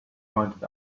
pointed